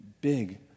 big